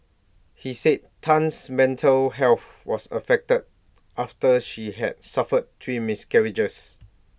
he said Tan's mental health was affected after she had suffered three miscarriages